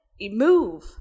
move